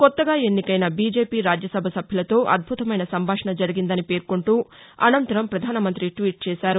కొత్తగా ఎన్నికైన బీజేపీ రాజ్యసభ సభ్యులతో అద్భుతమైన సంభాషణ జరిగిందని పేర్కొంటూ అనంతరం ప్రధాన మంతి ట్వీట్ చేశారు